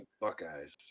Buckeyes